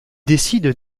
décide